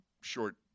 short